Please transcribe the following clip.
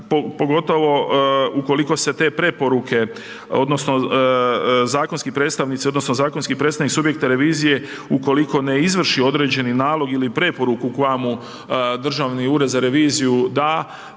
odnosno zakonski predstavnici, odnosno, zakonski predstavnik subjektne revizije ukoliko ne izvrši određeni nalog ili preporuku koja mu Državni ured za reviziju da,